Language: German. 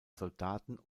soldaten